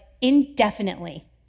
indefinitely